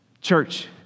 Church